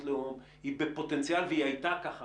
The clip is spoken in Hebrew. לאום היא בפוטנציאל והיא הייתה כך,